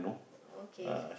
okay